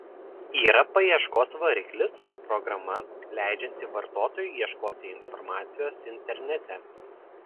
yra paieškos variklis programa leidžianti vartotojui ieškoti informacijos internete